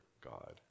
God